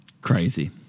Crazy